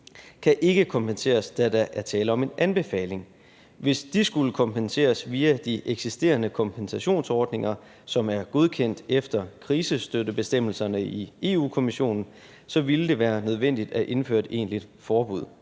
kan ikke kompenseres, da der er tale om en anbefaling. Hvis de skulle kompenseres via de eksisterende kompensationsordninger, som er godkendt efter krisestøttebestemmelserne fra Europa-Kommissionen, ville det være nødvendigt at indføre et egentlig forbud.